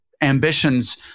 ambitions